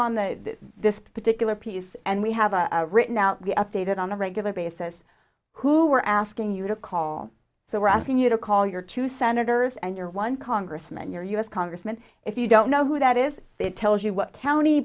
on the this particular piece and we have a written out the updated on a regular basis who we're asking you to call so we're asking you to call your two senators and your one congressman your u s congressman if you don't know who that is it tells you what county